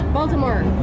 Baltimore